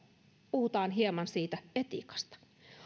puhutaan hieman siitä etiikasta